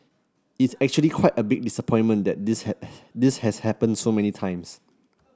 it's actually quite a big disappointment that this had this has happened so many times